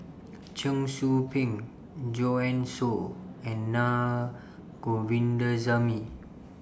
Cheong Soo Pieng Joanne Soo and Na Govindasamy